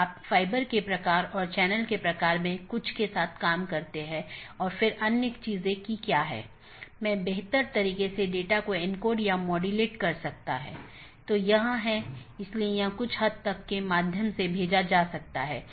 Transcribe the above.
जब भी सहकर्मियों के बीच किसी विशेष समय अवधि के भीतर मेसेज प्राप्त नहीं होता है तो यह सोचता है कि सहकर्मी BGP डिवाइस जवाब नहीं दे रहा है और यह एक त्रुटि सूचना है या एक त्रुटि वाली स्थिति उत्पन्न होती है और यह सूचना सबको भेजी जाती है